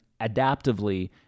adaptively